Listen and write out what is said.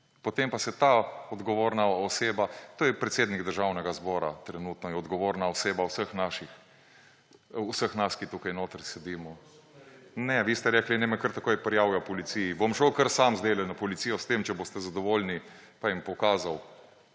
potem pa se ta odgovorna oseba, to je predsednik Državnega zbora, trenutno je odgovorna oseba vseh nas, ki tukaj notri sedimo …/ oglašanje iz dvorane/ Ne, vi ste rekli, naj me kar takoj prijavijo policiji. Bom šel kar sam zdajle na policijo s tem, če boste zadovoljni, pa jim pokazal.